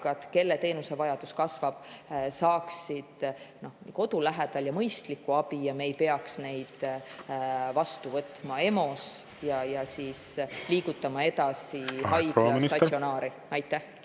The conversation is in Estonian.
kelle teenusevajadus kasvab, saaksid kodu lähedal mõistlikku abi, et me ei peaks neid vastu võtma EMO‑s ja liigutama edasi haigla statsionaari. Aitäh,